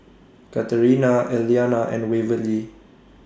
Katerina Elliana and Waverly